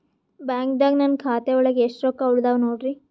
ಬ್ಯಾಂಕ್ದಾಗ ನನ್ ಖಾತೆ ಒಳಗೆ ಎಷ್ಟ್ ರೊಕ್ಕ ಉಳದಾವ ನೋಡ್ರಿ?